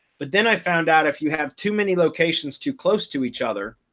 but then i found out if you have too many locations too close to each other,